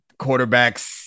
quarterbacks